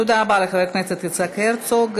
תודה רבה לחבר הכנסת יצחק הרצוג.